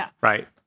right